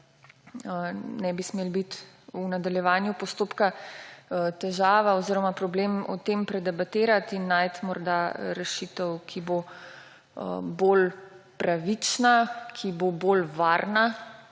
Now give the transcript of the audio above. ne bi smela biti v nadaljevanju postopka težava oziroma problem o tem predebatirati in najti morda rešitev, ki bo bolj pravična, ki bo bolj varna,